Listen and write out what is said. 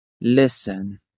listen